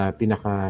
pinaka